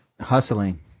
hustling